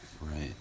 right